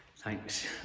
Thanks